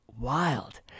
wild